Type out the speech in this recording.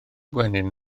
gwenyn